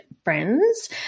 friends